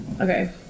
Okay